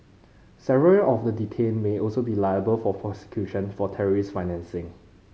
several of the detained may also be liable for prosecution for terrorism financing